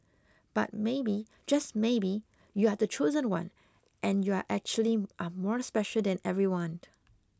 but maybe just maybe you are the chosen one and you are actually are more special than everyone